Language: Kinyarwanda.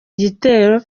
igitero